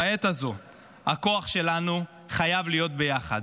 בעת הזו הכוח שלנו חייב להיות ביחד.